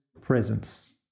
presence